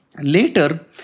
Later